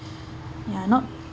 ya not